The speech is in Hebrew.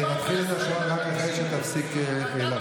אני מתחיל את השעון רק אחרי שתפסיק להפריע.